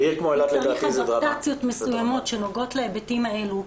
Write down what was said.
אם צריך אדפטציות מסוימות שנוגעות להיבטים האלו,